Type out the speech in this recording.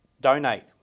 donate